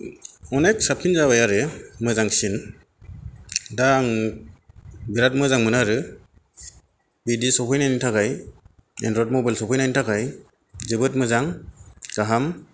अनेक साबसिन जाबाय आरो मोजांसिन दा आं बिराद मोजां मोनो आरो बिदि सौफैनायनि थाखाय एनड्रयद मबाइल सौफैनायनि थाखाय जोबोद मोजां गाहाम